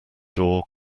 door